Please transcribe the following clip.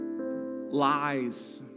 lies